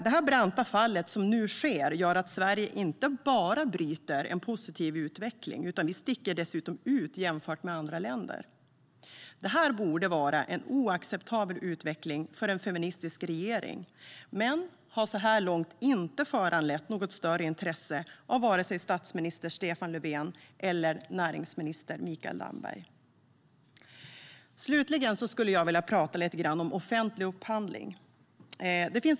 Det branta fall som nu sker gör att Sverige inte bara bryter en positiv utveckling. Vi sticker dessutom ut jämfört med andra länder. Det borde vara en oacceptabel utveckling för en feministisk regering men har så här långt inte föranlett något större intresse från vare sig statsminister Stefan Löfven eller näringsminister Mikael Damberg. Slutligen skulle jag vilja tala lite om offentlig upphandling.